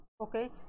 okay